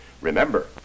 Remember